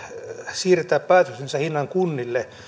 siirtää päätöstensä hinnan kunnille